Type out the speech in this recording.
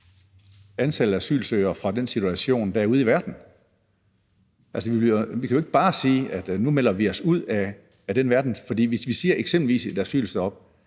antallet af asylsøgere fra den situation, der er ude i verden. Vi kan jo ikke bare sige, at nu melder vi os ud af den verden. For i forhold til at vi eksempelvis siger,